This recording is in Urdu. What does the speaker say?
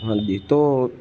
ہاں جی تو